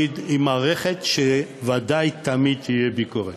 היא מערכת שוודאי תמיד תהיה עליה ביקורת,